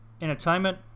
entertainment